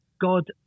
God